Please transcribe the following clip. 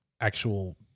actual